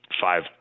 five